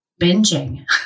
binging